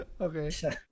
Okay